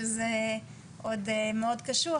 שזה עוד מאוד קשוח,